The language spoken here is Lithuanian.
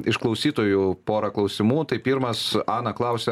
iš klausytojų pora klausimų tai pirmas ana klausia